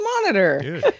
monitor